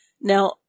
Now